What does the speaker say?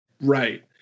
Right